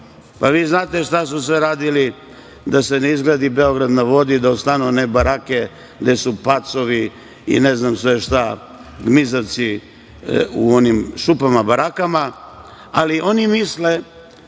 pa vi znate šta su sve radili da se ne izgradi „Beograd na vodi“, da ostanu one barake gde su pacovi i ne znam sve šta, gmizavci u onim šupama, barakama, ali oni misle,